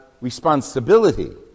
responsibility